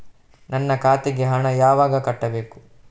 ನನ್ನ ಖಾತೆಗೆ ಹಣ ಯಾವಾಗ ಕಟ್ಟಬೇಕು?